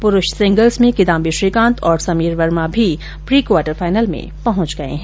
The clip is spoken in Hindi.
पुरुष सिंगल्सग में किदाम्बी श्रीकांत और समीर वर्मा भी प्री क्वार्टर फाइनल में पहुंच गए हैं